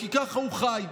כי ככה הוא חי.